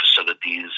facilities